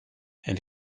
and